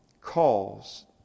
Calls